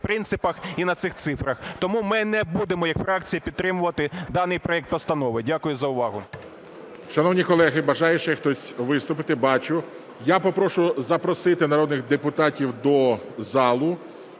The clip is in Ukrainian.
принципах і на цих цифрах. Тому ми не будемо як фракція підтримувати даний проект постанови. Дякую за увагу. ГОЛОВУЮЧИЙ. Шановні колеги, бажає ще хтось виступити? Бачу. Я попрошу запросити народних депутатів до зали,